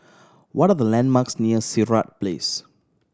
what are the landmarks near Sirat Place